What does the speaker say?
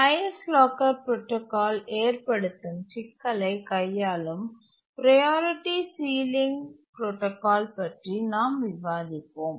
highest locker protocol ஏற்படுத்தும் சிக்கலை கையாளும் ப்ரையாரிட்டி சீலிங் புரோடாகால் பற்றி நாம் விவாதிப்போம்